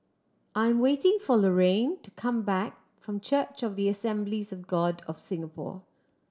I'm waiting for Laraine to come back from Church of the Assemblies of God of Singapore